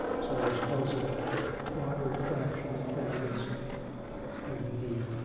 so i suppose a moderate fraction of that is due to the